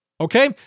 Okay